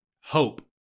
hope